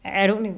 I don't think